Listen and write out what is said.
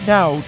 Now